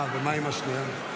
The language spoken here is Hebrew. ומה עם השנייה?